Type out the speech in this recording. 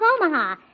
Omaha